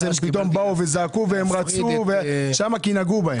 אז הם פתאום באו וזעקו והם רצו שם כי נגעו בהם.